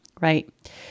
right